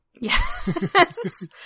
Yes